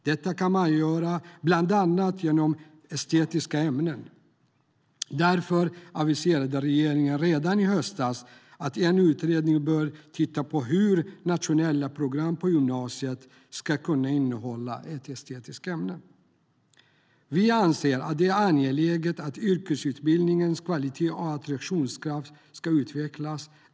Detta kan man göra bland annat i estetiska ämnen. Därför aviserade regeringen redan i höstas att en utredning bör titta på hur nationella program på gymnasiet kan innehålla ett estetiskt ämne. Vi anser att det är angeläget att yrkesutbildningens kvalitet och attraktionskraft ska utvecklas.